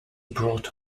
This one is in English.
brought